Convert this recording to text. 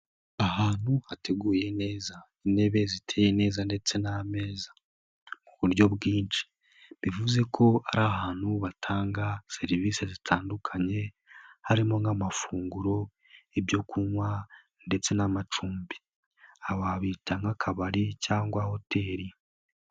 Ahantu hateguye neza intebe ziteye neza ndetse n'ameza mu buryo bwinshi, bivuze ko ari ahantu batanga serivisi zitandukanye harimo nk'amafunguro, ibyo kunywa ndetse n'amacumbi, aba wabita nk'akabari cyangwa hoteli.